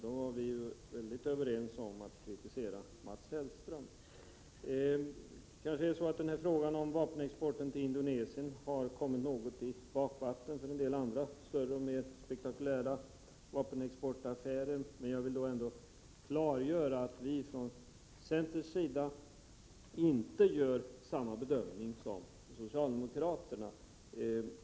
Då var vi helt överens om att kritisera Mats Hellström. Kanske har frågan om vapenexporten till Indonesien något kommit i bakvatten för en del andra, större och mer spektakulära vapenexportaffärer, men jag vill ändå klargöra att vi från centerns sida inte gör samma bedömning som socialdemokraterna.